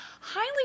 Highly